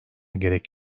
gerek